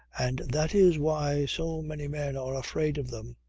and that is why so many men are afraid of them.